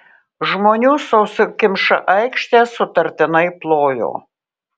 žmonių sausakimša aikštė sutartinai plojo